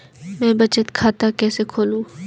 मैं बचत खाता कैसे खोलूं?